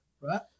right